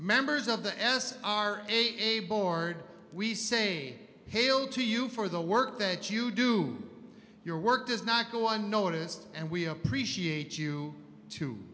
members of the s r a a board we say hail to you for the work that you do your work does not go unnoticed and we appreciate you to